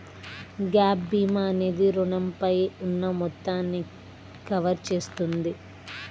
gap భీమా అనేది రుణంపై ఉన్న మొత్తాన్ని కవర్ చేస్తుంది